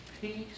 Peace